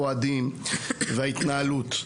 האוהדים, וההתנהלות.